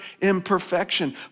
imperfection